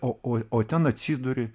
o o o ten atsiduri